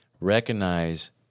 Recognize